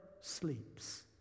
sleeps